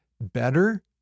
better